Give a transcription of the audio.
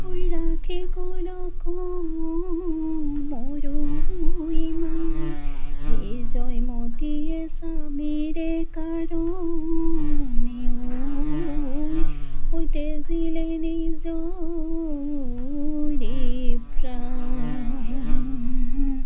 ৰাখে ঐ মান সেই জয়মতীয়ে স্বামীৰে কাৰণে ঐ ঐ তেজিলে নিজৰে প্ৰাণ